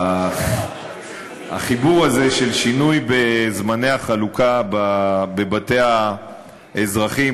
החיבור הזה של שינוי בזמני החלוקה בבתי האזרחים,